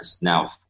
now